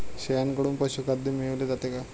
शेळ्यांकडून पशुखाद्य मिळवले जाते का?